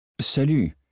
Salut